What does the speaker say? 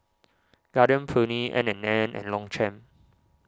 Garden Peony N and N and Longchamp